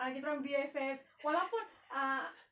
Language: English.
ah kita orang B_F_F walaupun ah